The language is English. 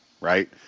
right